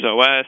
OS